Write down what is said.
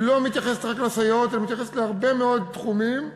היא לא מתייחסת רק לסייעות אלא מתייחסת להרבה מאוד תחומים.